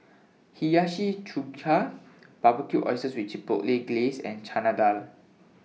Hiyashi Chuka Barbecued Oysters with Chipotle Glaze and Chana Dal